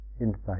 insight